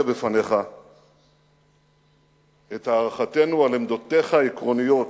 בפניך את הערכתנו על עמדותיך העקרוניות,